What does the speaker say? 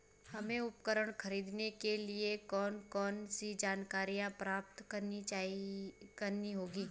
हमें उपकरण खरीदने के लिए कौन कौन सी जानकारियां प्राप्त करनी होगी?